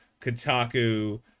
Kotaku